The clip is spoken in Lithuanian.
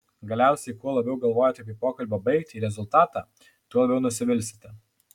galiausiai kuo labiau galvojate apie pokalbio baigtį rezultatą tuo labiau nusivilsite